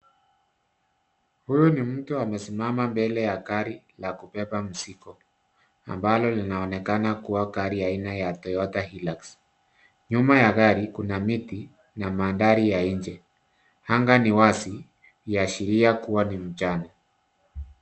Huyu ni mtu amesimama mbele ya gari la kubeba mzigo ambalo linaonekana kuwa gari aina ya Toyota hillux nyuma ya gari kuna miti na mandhari ya nje anga ni wazi ikiashiria kuwa ni mchana